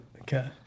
Okay